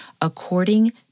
according